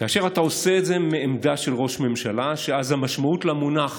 כאשר אתה עושה את זה מעמדה של ראש ממשלה אז המשמעות של המונח